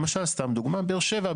למשל סתם דוגמה, באר שבע.